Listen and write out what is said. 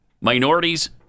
Minorities